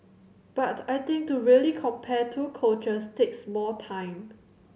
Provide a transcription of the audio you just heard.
but I think to really compare two coaches takes more time